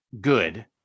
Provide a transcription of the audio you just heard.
good